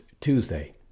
Tuesday